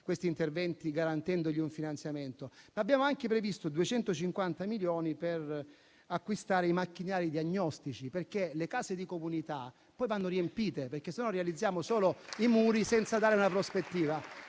questi interventi, garantendone il finanziamento, ma abbiamo anche previsto 250 milioni per acquistare i macchinari diagnostici, perché le case di comunità poi vanno riempite, altrimenti realizziamo solo i muri senza dare una prospettiva.